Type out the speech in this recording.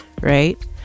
right